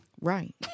Right